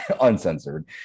uncensored